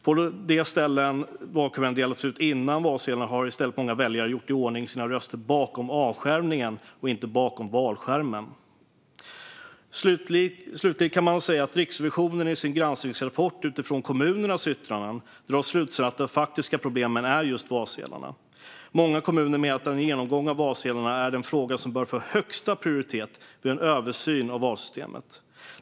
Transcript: På en del ställen där valkuverten delas ut före valsedlarna har många väljare gjort i ordning sina röster bakom avskärmningen och inte bakom valskärmen. Slutligen kan man säga att Riksrevisionen i sin granskningsrapport utifrån kommunernas yttranden drar slutsatsen att de faktiska problemen är just valsedlarna. Många kommuner menar att en genomgång av valsedlarna är den fråga som bör få högsta prioritet vid en översyn av valsystemet.